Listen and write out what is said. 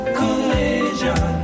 collision